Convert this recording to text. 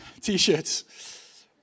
T-shirts